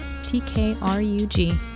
tkrug